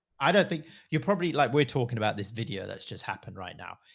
i don't think you're probably like, we're talking about this video that's just happened right now,